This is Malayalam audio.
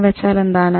എന്നുവച്ചാൽ എന്താണ്